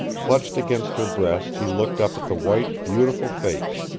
clutched against her breast he looked up at the white, beautiful face,